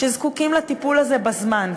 שזקוקים לטיפול הזה בזמן,